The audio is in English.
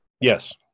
Yes